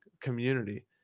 community